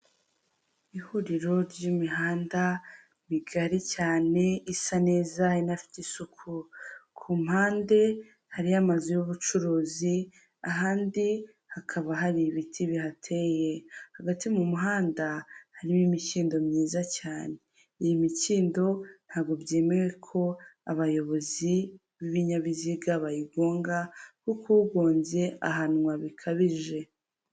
Vayibu riyo esiteti, aba ngaba bagufasha kuba wabona ibibanza byiza biri ahantu heza ukaba, wabona inzu zo kuba wagura mu gihe uzikeneye, kandi zifite ibyangombwa bitaguhenze kandi bya nyabyo byizewe.